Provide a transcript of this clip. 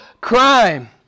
crime